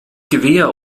gewehr